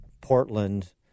Portland